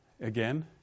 Again